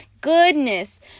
goodness